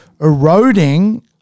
eroding